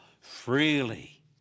freely